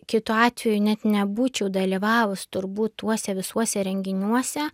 kitu atveju net nebūčiau dalyvavus turbūt tuose visuose renginiuose